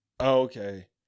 Okay